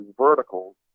verticals